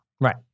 Right